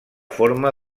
forma